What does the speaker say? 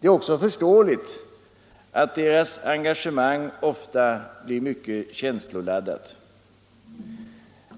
Det är också förståeligt att deras engagemang ofta blir starkt känsloladdat.